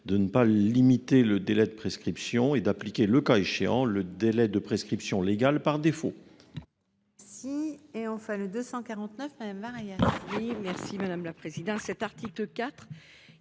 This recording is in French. de ne pas limiter le délai de prescription et d'appliquer, le cas échéant, le délai de prescription légale par défaut.